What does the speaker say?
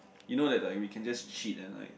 you know that like we can just cheat and like